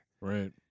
Right